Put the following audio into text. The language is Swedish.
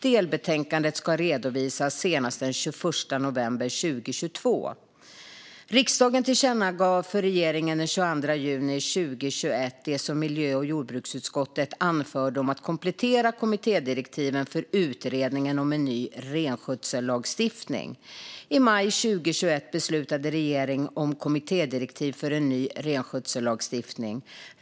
Delbetänkandet ska redovisas senast den 21 november 2022. Riksdagen tillkännagav för regeringen den 22 juni 2021 det som miljö och jordbruksutskottet anförde om att komplettera kommittédirektiven för utredningen om en ny renskötsellagstiftning. I maj 2021 beslutade regeringen om kommittédirektiv för en ny renskötsellagstiftning.